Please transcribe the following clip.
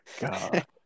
god